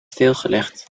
stilgelegd